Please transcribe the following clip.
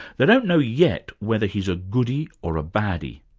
they don't know yet whether he's a goodie or a baddie.